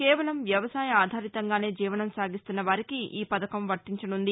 కేవలం వ్యవసాయ ఆధారితంగానే జీవనం సాగిస్తున్న వారికి పథకం వర్తించనుంది